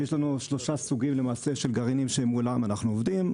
יש לנו למעשה שלושה סוגים של גרעינים שמולם אנחנו עובדים.